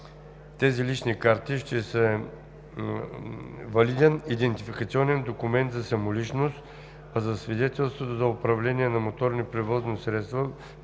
тези лични карти ще са валиден идентификационен документ за самоличност, а свидетелства за управление на моторно превозно средство